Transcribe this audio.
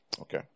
okay